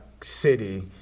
city